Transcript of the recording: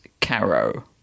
Caro